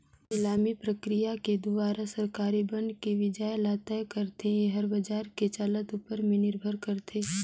निलामी प्रकिया के दुवारा सरकारी बांड के बियाज ल तय करथे, येहर बाजार के चलत ऊपर में निरभर करथे